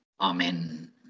amen